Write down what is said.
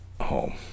home